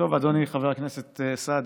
אדוני חבר הכנסת סעדי,